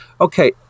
Okay